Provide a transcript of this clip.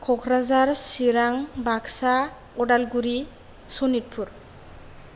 Kokrajhar Chirang Baksa Udalguri Sonitpur